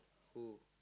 who